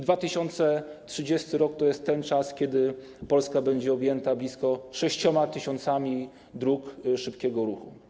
2030 r. to jest ten czas, kiedy Polska będzie objęta blisko 6 tys. dróg szybkiego ruchu.